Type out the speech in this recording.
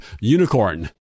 Unicorn